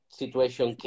situation